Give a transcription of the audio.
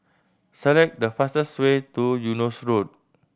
select the fastest way to Eunos Road